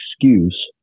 excuse